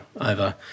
over